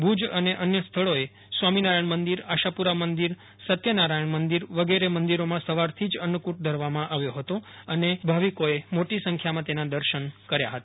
ભુજ અને અન્ય સ્થળોએ સ્વામીનારાયણ મંદિર આશાપુરા મંદિર સત્યનારાયણ મંદિર વગેરે મંદિરોમાં સવારથી જ અન્નુટ ધરવામાં આવ્યો હતો અને ભવિકોએ મોટી સંખ્યામાં તેના દર્શન કર્યા હતા